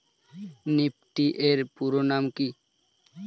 Nifty এর পুরোনাম কী?